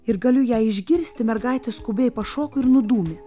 ir galiu ją išgirsti mergaitė skubiai pašoko ir nudūmė